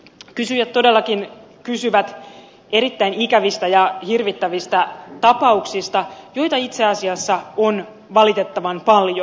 kysyjät todellakin kysyvät erittäin ikävistä ja hirvittävistä tapauksista joita itse asiassa on valitettavan paljon